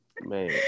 man